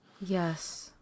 Yes